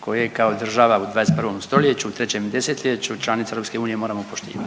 koje kao država u 32. st. u 3. desetljeću, članica EU moramo poštivati.